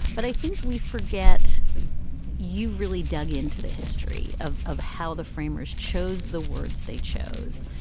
but i think we forget you've really dug into the history of of how the framers chose the words they chose.